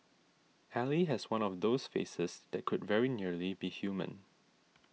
ally has one of those faces that could very nearly be human